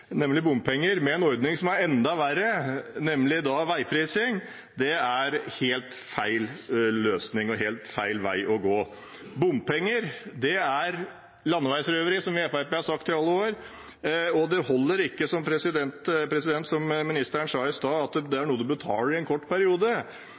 nemlig bompenger – med en ordning som er enda verre, nemlig veiprising, er helt feil løsning og helt feil vei å gå. Bompenger er landeveisrøveri, som vi i Fremskrittspartiet har sagt i alle år, og det holder ikke å si som ministeren sa i stad, at det